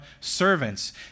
servants